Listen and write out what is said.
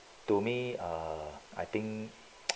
to me uh I think